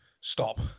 Stop